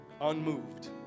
Unmoved